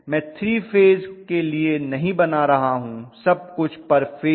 मैं 3 फेज के लिए नहीं बना रहा हूं सब कुछ पर फेज है